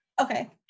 Okay